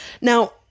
Now